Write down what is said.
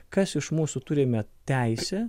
kas iš mūsų turime teisę